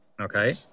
okay